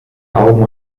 augen